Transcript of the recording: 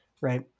right